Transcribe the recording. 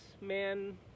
man